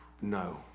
No